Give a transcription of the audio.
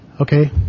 Okay